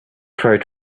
tried